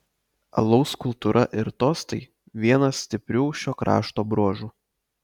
alaus kultūra ir tostai vienas stiprių šio krašto bruožų